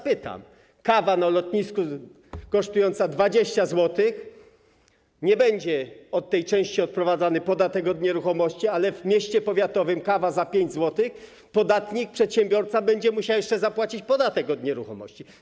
Pytam was: kawa na lotnisku kosztująca 20 zł - nie będzie od tej części odprowadzany podatek od nieruchomości, ale w mieście powiatowym, kawa za 5 zł - podatnik, przedsiębiorca będzie musiał jeszcze zapłacić podatek od nieruchomości.